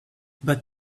but